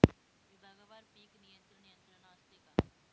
विभागवार पीक नियंत्रण यंत्रणा असते का?